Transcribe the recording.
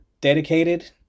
dedicated